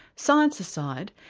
science aside,